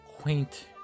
quaint